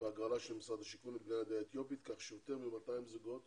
בהגרלה של משרד השיכון לבני העדה האתיופית כך שיותר מ-200 זוגות